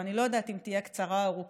ואני לא יודעת אם היא תהיה קצרה או ארוכה,